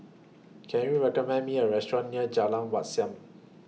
Can YOU recommend Me A Restaurant near Jalan Wat Siam